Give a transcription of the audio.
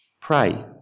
Pray